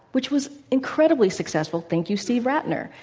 which was incredibly successful, thank you, steve rattner.